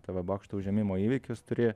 tv bokšto užėmimo įvykius turi